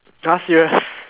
!huh! serious